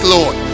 Lord